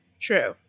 True